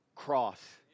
cross